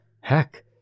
Heck